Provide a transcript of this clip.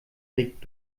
regt